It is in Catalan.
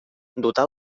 dotar